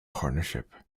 partnership